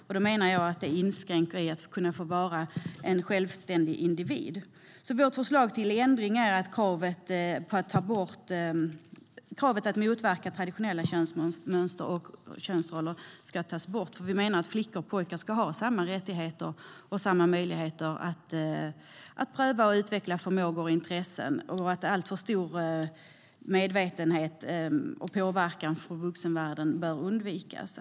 Jag menar att det inskränker barnets möjlighet att få vara en självständig individ. Vårt förslag till ändring är att kravet på att motverka traditionella könsmönster och könsroller tas bort. Vi menar att flickor och pojkar ska ha samma rättigheter och möjligheter att pröva och utveckla förmågor och intressen och att alltför stor medvetenhet och påverkan från vuxenvärlden bör undvikas.